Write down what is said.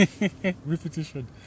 Repetition